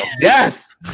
Yes